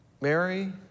Mary